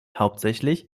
hauptsächlich